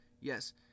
yes